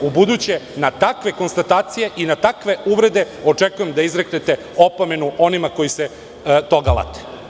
U buduće, na takve konstatacije, i na takve uvrede očekujem da izreknete opomenu onima koji se toga late.